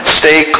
stay